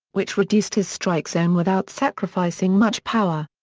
which reduced his strike zone without sacrificing much power.